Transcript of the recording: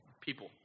people